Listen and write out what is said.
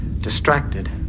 distracted